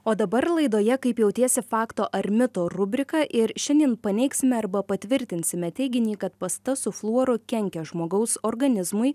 o dabar laidoje kaip jautiesi fakto ar mito rubrika ir šiandien paneigsime arba patvirtinsime teiginį kad pasta su fluoru kenkia žmogaus organizmui